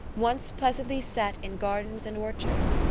once pleasantly set in gardens and orchards,